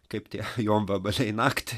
kaip tie jonvabaliai naktį